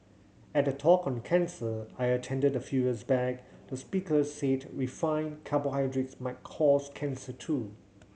at a talk on cancer I attended a fews back the speaker said refined carbohydrates might cause cancer too